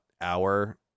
hour